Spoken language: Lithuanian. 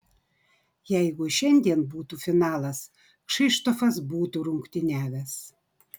jeigu šiandien būtų finalas kšištofas būtų rungtyniavęs